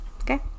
okay